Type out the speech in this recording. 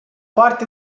parte